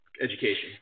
education